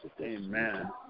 Amen